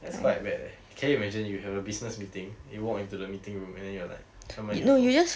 that's quite bad leh can you imagine you have a business meeting you walk into the meeting room and then you're like what am I here for